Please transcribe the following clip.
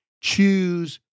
choose